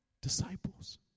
disciples